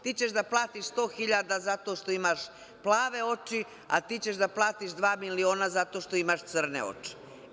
Ti ćeš da platiš 100 hiljada zato što imaš plave oči, a ti ćeš da platiš dva miliona zato što imaš crne oči.